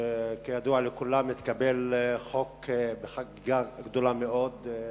כידוע לכולם התקבל החוק בחגיגה גדולה מאוד,